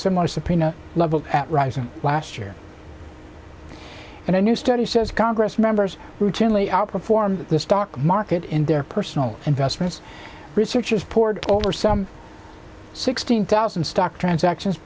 subpoena leveled at rising last year and a new study says congress members routinely outperformed the stock market in their personal investments researchers pored over some sixteen thousand stock transactions